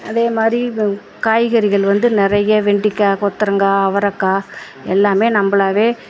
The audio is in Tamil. அதே மாதிரி காய்கறிகள் வந்து நிறையா வெண்டிக்காய் கொத்தரங்காய் அவரக்காய் எல்லாமே நம்பலாகவே